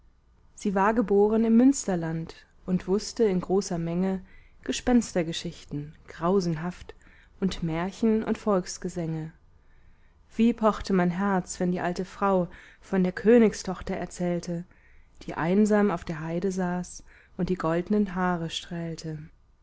sie war geboren im münsterland und wußte in großer menge gespenstergeschichten grausenhaft und märchen und volksgesänge wie pochte mein herz wenn die alte frau von der königstochter erzählte die einsam auf der heide saß und die goldnen haare